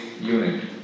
unit